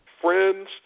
friends